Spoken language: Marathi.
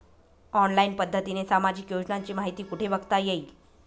ऑनलाईन पद्धतीने सामाजिक योजनांची माहिती कुठे बघता येईल?